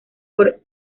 por